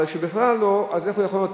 אבל כשבכלל לא, אז איך הוא יכול לענות?